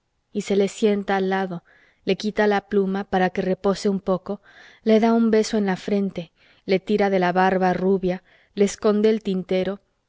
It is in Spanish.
y se le sienta al lado le quita la pluma para que repose un poco le da un beso en la frente le tira de la barba rubia le esconde el tintero